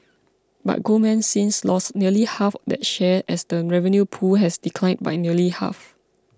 but Goldman since lost nearly half that share as the revenue pool has declined by nearly half